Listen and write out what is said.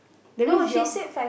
that means you all